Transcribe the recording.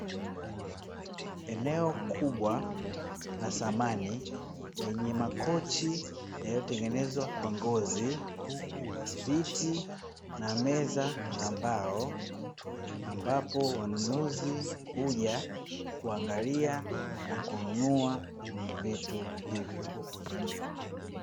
Eneo kubwa la samani lenye makochi yaliotengenezwa kwa ngozi, viti na meza za mbao. Ambapo wanunuzi huja kuangalia na kununua vitu hivyo.